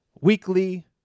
weekly